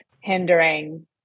hindering